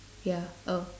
ya oh